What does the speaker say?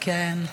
--- כן.